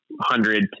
hundred